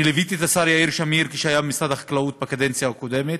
ליוויתי את השר יאיר שמיר כשהיה במשרד החקלאות בקדנציה הקודמת